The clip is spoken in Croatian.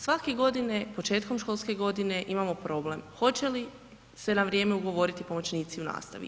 Svake godine početkom školske godine imamo problem, hoće li se na vrijeme ugovoriti pomoćnici u nastavi.